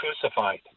crucified